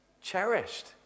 Cherished